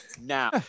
now